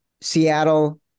Seattle